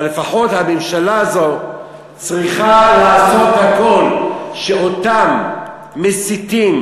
אבל לפחות הממשלה הזו צריכה לעשות הכול שאותם מסיתים,